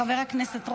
חבר הכנסת רוטמן,